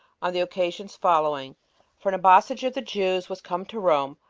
on the occasions following for an embassage of the jews was come to rome,